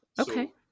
Okay